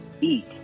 eat